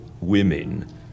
women